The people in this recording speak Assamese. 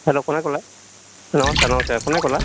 হেল্ল' কোনে ক'লে নমস্কাৰ নমস্কাৰ কোনে ক'লা